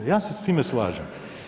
Ja se s time slažem.